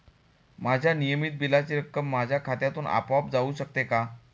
माझ्या नियमित बिलाची रक्कम माझ्या खात्यामधून आपोआप जाऊ शकते का?